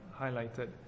highlighted